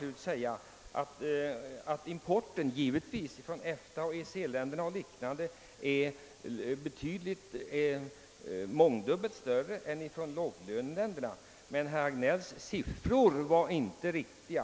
Slutligen vill jag säga att importen från EFTA och EEC-länderna samt vissa andra länder naturligtvis är mångdubbelt större än importen från låglöneländerna, men herr Hagnells siffror var inte riktiga.